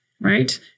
Right